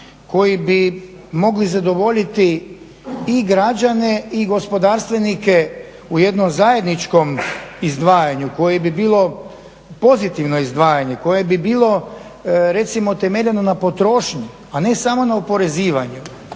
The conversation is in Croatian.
koji bi mogli zadovoljiti i građane i gospodarstvenike u jednom zajedničkom izdvajanju koje bi bilo pozitivno izdvajanje, koje bi bilo recimo temeljeno na potrošnji, a ne samo na oporezivanju?